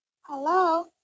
Hello